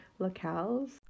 locales